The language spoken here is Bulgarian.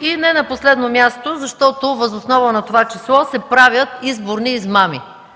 И не на последно място, защото въз основа на това число се правят изборни измами.